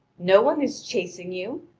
no one is chasing you.